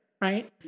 right